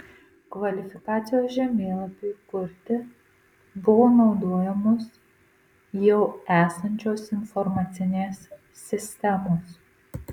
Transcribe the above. kvalifikacijos žemėlapiui kurti buvo naudojamos jau esančios informacinės sistemos